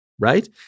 Right